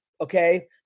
okay